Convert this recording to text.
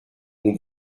ont